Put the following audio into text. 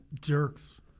jerks